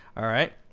all right.